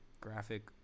graphic